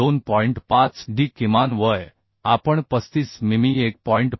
5 d किमान वय आपण 35 मिमी 1